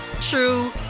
true